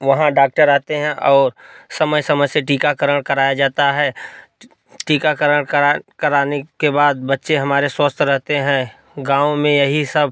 वहाँ डाक्टर आते हैं और समय समय से टीकाकरण कराया जाता है टीकाकरण कराने के बाद बच्चे हमारे स्वस्थ रहते हैं गाँव में यही सब